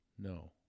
No